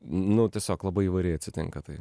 nu tiesiog labai įvairiai atsitinka tai